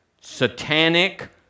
satanic